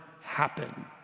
happen